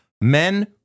men